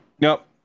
Nope